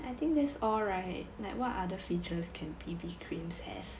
I think that's all right like what other features can B_B creams have